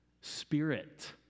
spirit